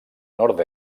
nord